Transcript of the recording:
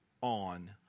on